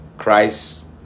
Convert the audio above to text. Christ